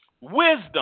wisdom